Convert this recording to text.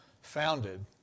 founded